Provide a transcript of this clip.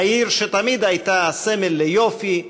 העיר שתמיד הייתה הסמל ליופי,